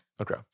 okay